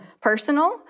personal